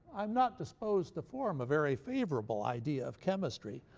i'm not disposed to form a very favorable idea of chemistry,